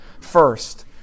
First